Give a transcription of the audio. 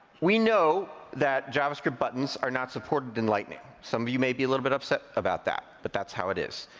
we know that javascript buttons are not supported in lightning. some of you may be a little bit upset about that, but that's how it is.